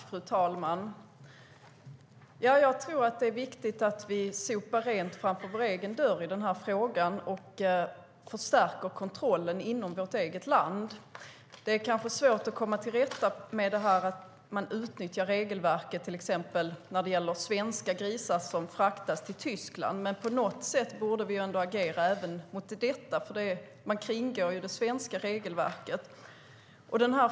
Fru talman! Det är viktigt att vi sopar rent framför egen dörr och förstärker kontrollen i vårt eget land. Det är kanske svårt att komma till rätta med att regelverket utnyttjas, till exempel att svenska grisar fraktas till Tyskland, men på något sätt borde vi agera mot det. Man kringgår ju det svenska regelverket.